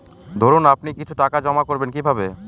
ধরুন আপনি কিছু টাকা জমা করবেন কিভাবে?